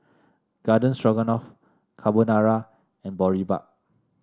Garden Stroganoff Carbonara and Boribap